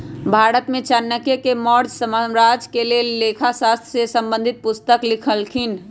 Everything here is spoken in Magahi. भारत में चाणक्य ने मौर्ज साम्राज्य के लेल लेखा शास्त्र से संबंधित पुस्तक लिखलखिन्ह